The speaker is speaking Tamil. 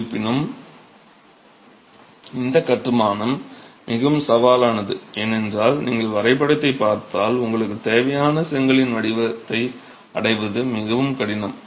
இருப்பினும் இந்த கட்டுமானம் மிகவும் சவாலானது ஏனென்றால் நீங்கள் வரைபடத்தைப் பார்த்தால் உங்களுக்குத் தேவையான செங்கலின் வடிவத்தை அடைவது மிகவும் கடினம்